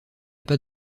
pas